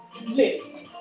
lift